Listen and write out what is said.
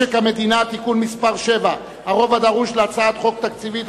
משק המדינה (תיקון מס' 7) (הרוב הדרוש להצעות חוק תקציביות)